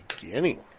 beginning